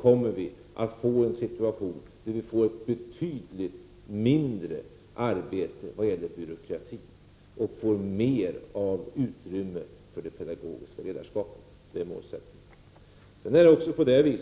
kommer vi att få en situation med betydligt mindre arbete vad gäller byråkratin och mer av utrymme för det pedagogiska ledarskapet. Det är målsättningen. Herr talman!